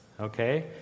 okay